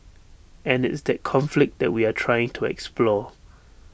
and it's that conflict that we are trying to explore